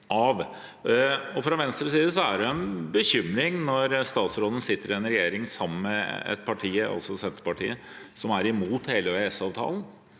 Fra Venstres side er det en bekymring at statsråden sitter i en regjering sammen med et parti, Senterpartiet, som er imot hele EØS-avtalen.